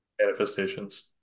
Manifestations